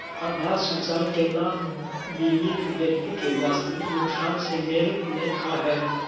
आधार सूचकांक के नाप बीमित व्यक्ति के वास्तविक नुकसान से मेल नय खा हइ